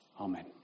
Amen